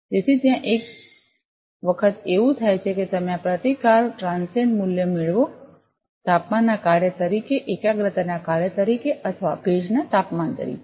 તેથી ત્યાં એક વખત એવું થાય છે કે તમે આ પ્રતિકાર ટ્રાન્સિએંટમૂલ્ય મેળવો તાપમાનના કાર્ય તરીકે એકાગ્રતાના કાર્ય તરીકે અથવા ભેજના તાપમાન તરીકે